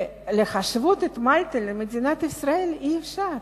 להשוות את מלטה למדינת ישראל אי-אפשר,